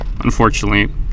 Unfortunately